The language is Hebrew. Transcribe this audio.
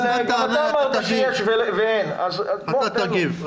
אבל אתה אמרת שיש --- אתה תגיב,